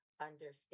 understand